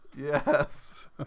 Yes